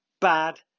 bad